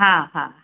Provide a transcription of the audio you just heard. हा हा